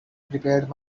prepared